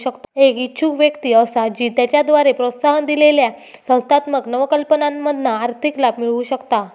एक इच्छुक व्यक्ती असा जी त्याच्याद्वारे प्रोत्साहन दिलेल्या संस्थात्मक नवकल्पनांमधना आर्थिक लाभ मिळवु शकता